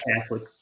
Catholic